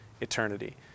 eternity